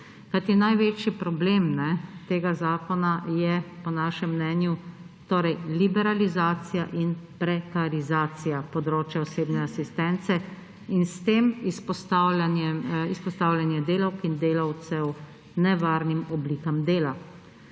največji problem tega zakona je po našem mnenju torej liberalizacija in prekarizacija področja osebne asistence in s tem izpostavljanje delavk in delavcev nevarnim oblikam dela.